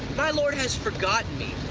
my lord has forgotten me.